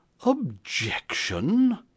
Objection